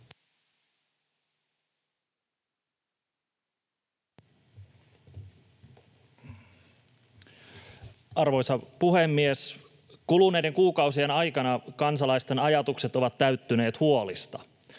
Arvoisa puhemies! Kuluneiden kuukausien aikana kansalaisten ajatukset ovat täyttyneet huolista: